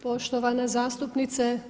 Poštovana zastupnice.